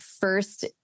first